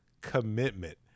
commitment